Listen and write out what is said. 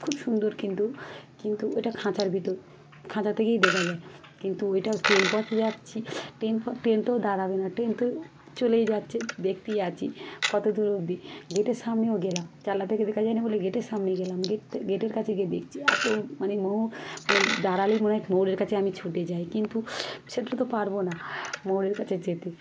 খুব সুন্দর কিন্তু কিন্তু এটা খাঁচার ভিতর খাঁচা থেকেই দেখা যায় কিন্তু ওটা ট্রেন পথে যাচ্ছি ট্রেন পথ ট্রেন তো দাঁড়াবে না ট্রেন তো চলেই যাচ্ছে দেখতেই আছি কত দূর অব্দি গেটের সামনেও গেলাম জানলা থেকে দেখা যায় না বলে গেটের সামনেই গেলাম গেট গেটের কাছে গিয়ে দেখছি এতো মানে ময়ূর মানে দাঁড়ালেই মনে হয় ময়ূরের কাছে আমি ছুটে যাই কিন্তু সেটা তো পারবো না ময়ূরের কাছে যেতে